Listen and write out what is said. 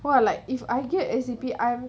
!wah! like if I get a C_P_R